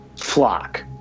Flock